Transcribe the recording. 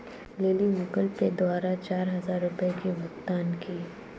lily Google Pay द्वारा चार हजार रुपए की भुगतान की